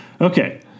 Okay